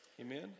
Amen